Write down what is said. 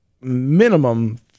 minimum